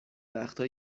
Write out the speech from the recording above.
وقتا